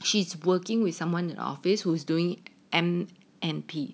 she's working with someone in office who's doing N_M_P